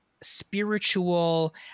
spiritual